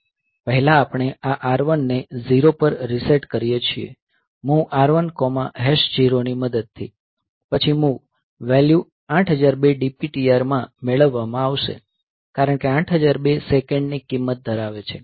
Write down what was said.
પહેલા આપણે આ R1 ને 0 પર રીસેટ કરીએ છીએ MOV R10 ની મદદથી પછી MOV વેલ્યુ 8002 DPTR માં મેળવવામાં આવશે કારણ કે 8002 સેકંડની કિંમત ધરાવે છે